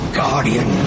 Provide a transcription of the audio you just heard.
guardian